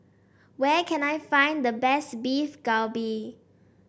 where can I find the best Beef Galbi